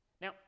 Now